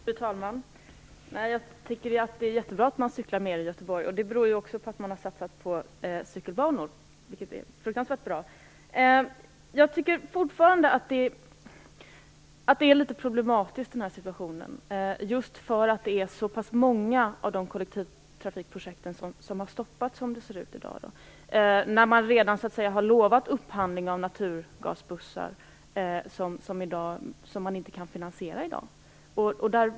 Fru talman! Jag tycker att det är jättebra att man cyklar mer i Göteborg. Det beror också på att man där har satsat på cykelbanor, vilket är mycket bra. Jag tycker fortfarande att det är litet problematiskt i den här situationen just därför att det är så pass många av kollektivtrafikprojekten som har stoppats när man redan har lovat att upphandla naturgasbussar. Men detta kan man inte finansiera i dag.